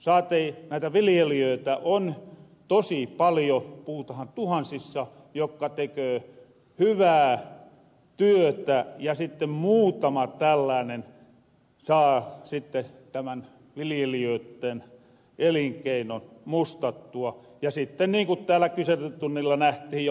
saatei näitä viljelijöitä on tosi paljo puhutahan tuhansissa jokka teköö hyvää työtä ja sitte muutama tälläänen saa tämän vilijelijöitten elinkeinon mustattua ja sitte niin ku täällä kyselytunnilla nähtihin jo provosoitua